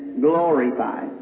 glorified